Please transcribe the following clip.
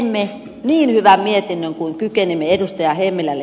teimme niin hyvän mietinnön kuin kykenimme ed